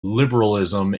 liberalism